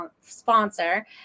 sponsor